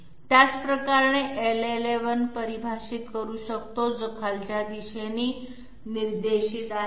त्याच प्रकारे आपण l11 परिभाषित करू शकतो जो खालच्या दिशेने निर्देशित केला जातो